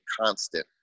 constant